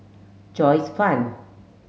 Joyce Fan